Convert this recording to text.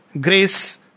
Grace